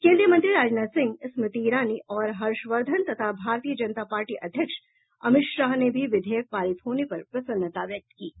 केन्द्रीय मंत्री राजनाथ सिंह स्मृति ईरानी और हर्षवर्धन तथा भारतीय जनता पार्टी अध्यक्ष अमित शाह ने भी विधेयक पारित होने पर प्रसन्नता व्यक्त की है